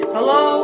Hello